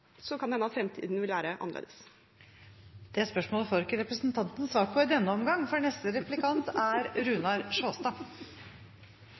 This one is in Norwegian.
kan det hende at fremtiden vil være annerledes. Det spørsmålet får ikke representanten svart på i denne omgang, for neste replikant er